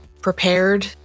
prepared